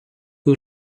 who